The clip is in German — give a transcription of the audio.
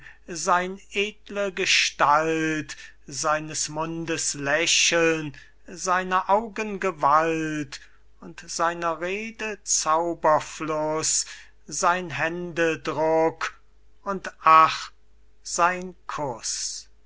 sein edle gestalt seines mundes lächeln seiner augen gewalt und seiner rede zauberfluß sein händedruck und ach sein kuß